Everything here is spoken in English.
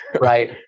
Right